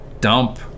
dump